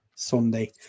Sunday